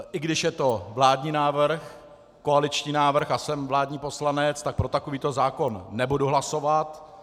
I když je to vládní návrh, koaliční návrh a jsem vládní poslanec, tak pro takovýto zákon nebudu hlasovat.